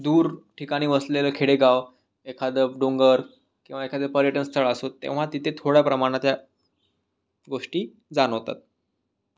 दूर ठिकाणी वसलेलं खेडेगाव एखादं डोंगर किंवा एखादं पर्यटन स्थळ असो तेव्हा तिथे थोड्या प्रमाणात त्या गोष्टी जाणवतात